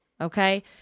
Okay